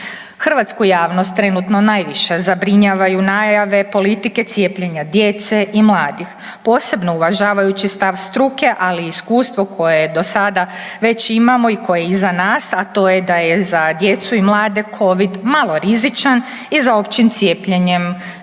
Hrvatsku javnost trenutno najviše zabrinjavaju najave politike cijepljenja djece i mladih, posebno uvažavajući stav struke, ali i iskustvo koje dosada već imamo i koje je iza nas, a to je da je za djecu i mlade covid malo rizičan i za općim cijepljenjem nema